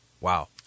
Wow